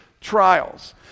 trials